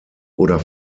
oder